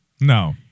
No